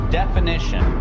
definition